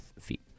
feet